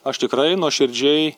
aš tikrai nuoširdžiai